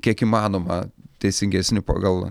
kiek įmanoma teisingesni pagal